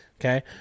Okay